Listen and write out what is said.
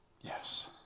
yes